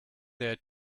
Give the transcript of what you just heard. their